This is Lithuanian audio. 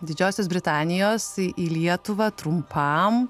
didžiosios britanijos į į lietuvą trumpam